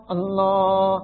Allah